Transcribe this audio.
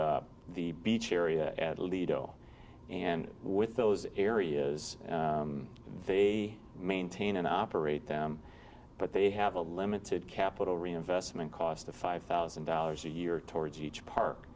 and the beach area at lido and with those areas they maintain and operate them but they have a limited capital reinvestment cost of five thousand dollars a year towards each park